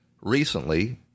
recently